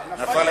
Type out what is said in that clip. נפל המטבע.